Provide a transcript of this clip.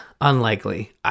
Unlikely